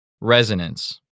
resonance